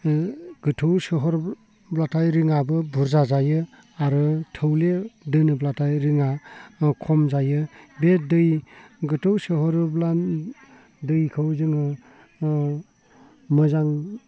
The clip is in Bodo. गोथौ सोहरोब्लाथाय रिङाबो बुरजा जायो आरो थौले दोनोब्लाथाय रिङा खम जायो बे दै गोथौ सोहरोब्ला दैखौ जोङो मोजां